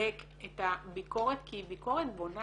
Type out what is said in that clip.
מחבק את הביקורת כי היא ביקורת בונה.